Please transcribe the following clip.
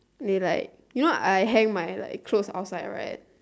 they like you know I hang my like clothes outside right